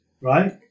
Right